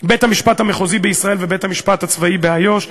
בית-המשפט המחוזי בישראל ובית-המשפט הצבאי באיו"ש.